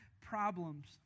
problems